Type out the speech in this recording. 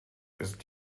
ist